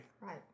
Right